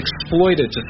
exploited